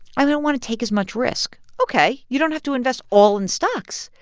i don't want to take as much risk. ok. you don't have to invest all in stocks.